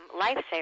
Lifesaver